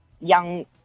young